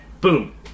boom